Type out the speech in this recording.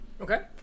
Okay